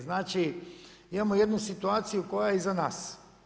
Znači imamo jednu situaciju koja je iza nas.